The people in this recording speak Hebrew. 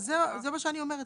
זה מה שאני אומרת